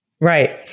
right